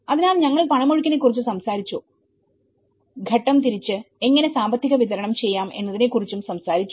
അതിനാൽ ഞങ്ങൾ പണമൊഴുക്കിനെക്കുറിച്ച് സംസാരിച്ചു ഘട്ടം തിരിച്ചു എങ്ങനെ സാമ്പത്തികം വിതരണം ചെയ്യാം എന്നതിനെക്കുറിച്ചും സംസാരിച്ചു